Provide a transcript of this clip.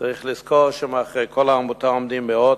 צריך לזכור שמאחורי כל עמותה עומדים מאות,